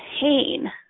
pain